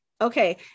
okay